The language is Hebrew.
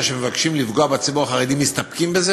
שמבקשים לפגוע בציבור החרדי מסתפקים בזה,